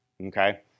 Okay